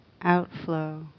outflow